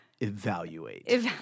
Evaluate